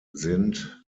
sind